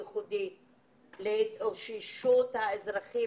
אנחנו עוסקים גם בחלוקה של מחשבים,